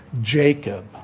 Jacob